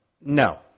no